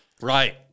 Right